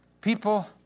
people